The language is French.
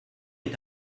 est